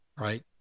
right